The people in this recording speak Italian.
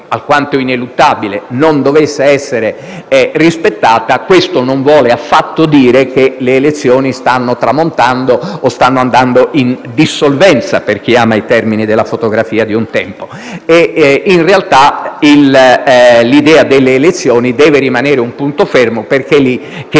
alquanto ineluttabile, non dovesse essere rispettata, ciò non vuol dire affatto che le elezioni stiano tramontando o stiano andando "in dissolvenza", per usare un termine della fotografia di un tempo. In realtà, l'idea delle elezioni deve rimanere un punto fermo, perché è lì che